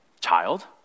Child